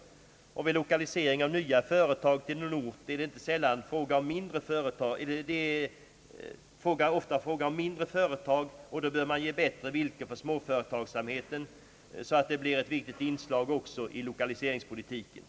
Vid lokalisering av nya företag till en ort är det ofta fråga om mindre företag. Bättre villkor för småföretagsamheten får därför också ses som ett viktigt inslag i lokaliseringspolitiken.